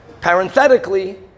parenthetically